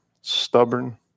stubborn